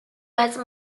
来自